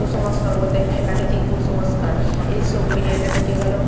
কুসংস্কার বলতে ঠেকা ঠেকি কুসংস্কার এই এটা ঠেকে গেল